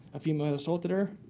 a female assaulted her.